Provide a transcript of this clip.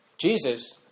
Jesus